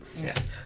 Yes